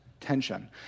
Tension